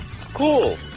Cool